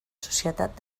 societat